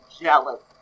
jealous